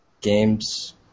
games